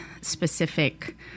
specific